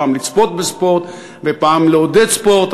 פעם לצפות בספורט ופעם לעודד ספורט,